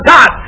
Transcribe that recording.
God